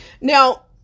Now